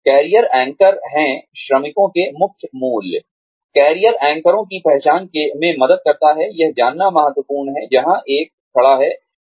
career एंकरों की पहचान में मदद करता है यह जानना महत्वपूर्ण है जहां एक खड़ा है